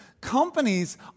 companies